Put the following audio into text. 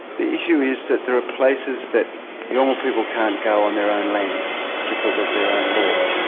the issue is that there are places that yolngu people can't go on their own land because of their own law,